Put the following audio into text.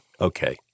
Okay